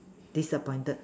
disappointed